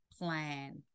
plan